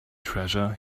treasure